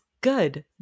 Good